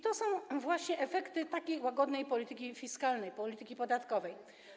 To są właśnie efekty takiej łagodnej polityki fiskalnej, polityki podatkowej.